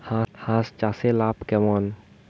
হাঁস চাষে লাভ কেমন?